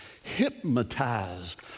hypnotized